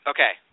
Okay